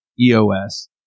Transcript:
EOS